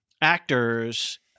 actors